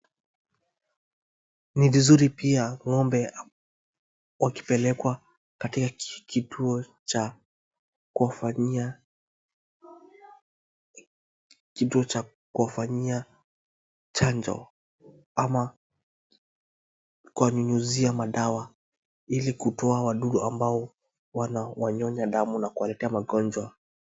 Ni vizuri pia ng'ombe wakipelekwa katika kituo cha kufanyia chanjo ama kuwanyunyizia madawa ili kutoa wadudu ambao wanawanyonya damu na kuwaletea magonjwa.